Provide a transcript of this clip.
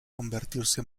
convertirse